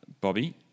Bobby